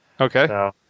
okay